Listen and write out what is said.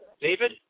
David